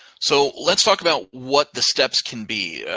so let's talk about what the steps can be.